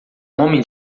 homem